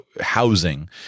housing